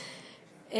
טוב.